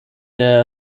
der